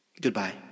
Goodbye